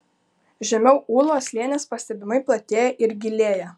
žemiau ūlos slėnis pastebimai platėja ir gilėja